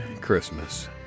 Christmas